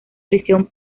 prisión